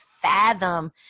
fathom